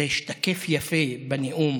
זה השתקף יפה בנאום